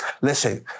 Listen